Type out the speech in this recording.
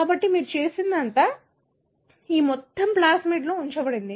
కాబట్టి మీరు చేసినదంతా ఈ మొత్తం ప్లాస్మిడ్లో ఉంచబడింది